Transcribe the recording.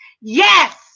Yes